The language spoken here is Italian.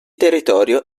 territorio